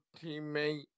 teammate